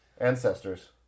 Ancestors